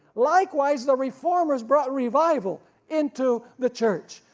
likewise the reformers brought revival into the church,